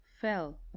fell